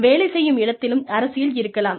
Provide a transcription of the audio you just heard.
வேலை செய்யும் இடத்திலும் அரசியல் இருக்கலாம்